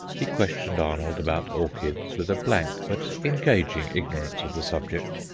he questioned arnold about orchids with a blank but engaging ignorance of the subject,